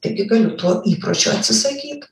taigi gali to įpročio atsisakyt